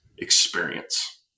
experience